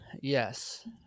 Yes